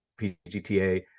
PGTA